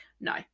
No